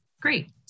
great